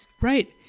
right